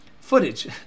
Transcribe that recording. footage